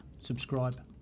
Subscribe